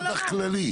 אני שואל אותך כללית.